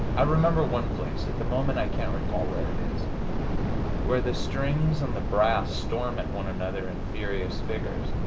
i remember one place at the moment i can't recall where it is where the strings and the brass storm at one another in furious figures.